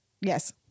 Yes